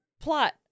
Plot